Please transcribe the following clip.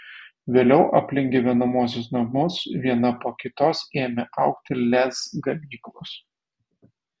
vėliau aplink gyvenamuosius namus viena po kitos ėmė augti lez gamyklos